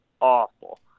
awful